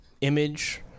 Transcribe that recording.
image